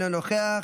אינו נוכח,